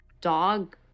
dog